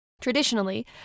traditionally